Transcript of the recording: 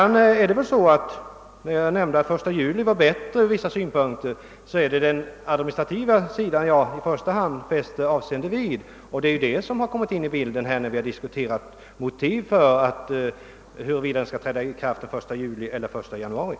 När jag nämnde att den 1 januari från vissa synpunkter var bättre än den 1 juli fäste jag avseende vid i första hand den administrativa sidan. Det är denna vi har tagit hänsyn till när vi har diskuterat tidpunkten för ikraftträdandet.